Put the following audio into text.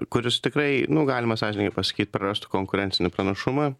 kuris tikrai nu galima sąžiningai pasakyt prarastų konkurencinį pranašumą